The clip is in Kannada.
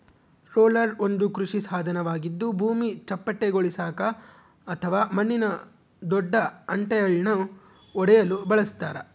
ರೋಲರ್ ಒಂದು ಕೃಷಿ ಸಾಧನವಾಗಿದ್ದು ಭೂಮಿ ಚಪ್ಪಟೆಗೊಳಿಸಾಕ ಅಥವಾ ಮಣ್ಣಿನ ದೊಡ್ಡ ಹೆಂಟೆಳನ್ನು ಒಡೆಯಲು ಬಳಸತಾರ